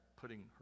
putting